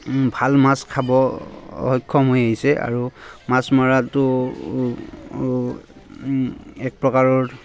ভাল মাছ খাব সক্ষম হৈ আহিছে আৰু মাছ মৰাটো এক প্ৰকাৰৰ